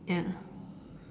ya